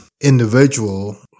individual